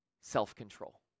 self-control